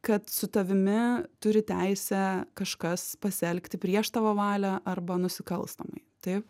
kad su tavimi turi teisę kažkas pasielgti prieš tavo valią arba nusikalstamai taip